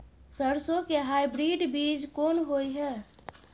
सरसो के हाइब्रिड बीज कोन होय है?